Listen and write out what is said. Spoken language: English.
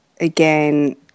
again